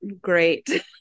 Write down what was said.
great